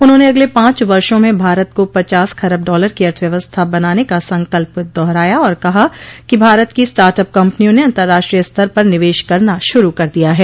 उन्होंने अगल पांच वर्षों में भारत को पचास खरब डॉलर की अर्थव्यवस्था बनाने का संकल्प दोहराया और कहा कि भारत की स्टार्ट अप कंपनियों ने अंतर्राष्ट्रीय स्तर पर निवेश करना शुरु कर दिया है